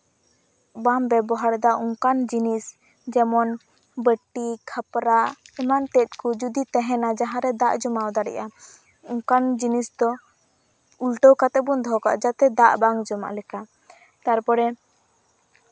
ᱵᱟᱢ ᱵᱮᱵᱚᱦᱟᱨᱫᱟ ᱚᱱᱠᱟᱱ ᱡᱤᱱᱤᱥ ᱡᱮᱢᱚᱱ ᱵᱟᱹᱴᱤ ᱠᱷᱟᱯᱨᱟ ᱮᱢᱟᱱᱛᱮᱫ ᱠᱚ ᱡᱩᱫᱤ ᱛᱟᱦᱮᱱᱟ ᱡᱟᱦᱟᱸᱨᱮ ᱫᱟᱜ ᱡᱚᱢᱟᱣ ᱫᱟᱲᱮᱭᱟᱜᱼᱟ ᱚᱱᱠᱟᱱ ᱡᱤᱱᱤᱥ ᱫᱚ ᱩᱞᱴᱟᱹᱣ ᱠᱟᱛᱮ ᱵᱚᱱ ᱫᱚᱦᱚ ᱠᱟᱜᱼᱟ ᱡᱟᱛᱮ ᱫᱟᱜ ᱵᱟᱝ ᱡᱚᱢᱟᱜ ᱞᱮᱠᱟ ᱛᱟᱨᱯᱚᱨᱮ